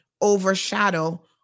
overshadow